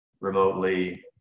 remotely